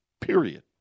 period